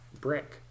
brick